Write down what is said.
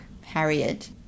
Harriet